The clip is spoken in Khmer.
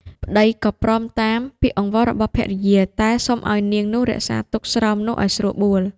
ប្ដីក៏ព្រមតាម ពាក្យអង្វររបស់ភរិយា តែសុំឱ្យនាងនោះរក្សាទុកស្រោមនោះឱ្យស្រួលបួល។